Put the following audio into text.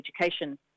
education